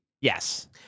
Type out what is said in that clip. Yes